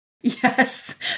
yes